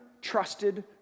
trusted